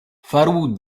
faru